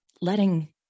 letting